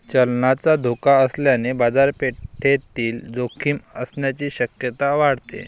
चलनाचा धोका असल्याने बाजारपेठेतील जोखीम असण्याची शक्यता वाढते